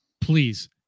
Please